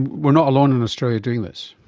we are not alone in australia doing this?